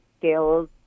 skills